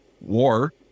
war